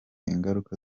ingaruka